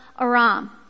Aram